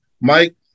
Mike